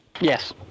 Yes